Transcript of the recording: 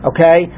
Okay